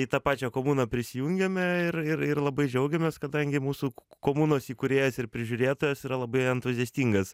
į tą pačią komuną prisijungiame ir ir ir labai džiaugiamės kadangi mūsų komunos įkūrėjas ir prižiūrėtojas yra labai entuziastingas